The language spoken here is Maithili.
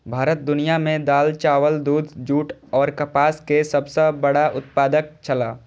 भारत दुनिया में दाल, चावल, दूध, जूट और कपास के सब सॉ बड़ा उत्पादक छला